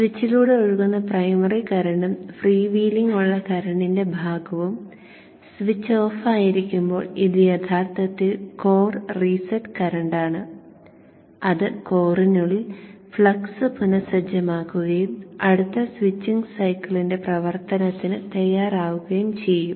സ്വിച്ചിലൂടെ ഒഴുകുന്ന പ്രൈമറി കറന്റും free wheeling ഉള്ള കറണ്ടിന്റെ ഭാഗവും സ്വിച്ച് ഓഫായിരിക്കുമ്പോൾ ഇത് യഥാർത്ഥത്തിൽ കോർ റീസെറ്റ് കറന്റാണ് അത് കോറിനുള്ളിൽ ഫ്ലക്സ് പുനഃസജ്ജമാക്കുകയും അടുത്ത സ്വിച്ചിംഗ് സൈക്കിളിന്റെ പ്രവർത്തനത്തിന് തയ്യാറാകുകയും ചെയ്യും